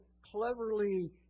cleverly